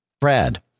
Brad